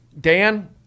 Dan